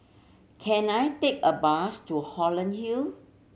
can I take a bus to Holland Hill